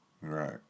Right